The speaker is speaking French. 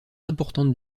importantes